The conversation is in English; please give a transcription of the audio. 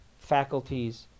faculties